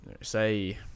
say